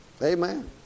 Amen